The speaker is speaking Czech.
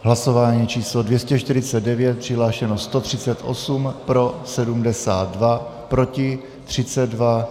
Hlasování číslo 249, přihlášeno 138, pro 72, proti 32.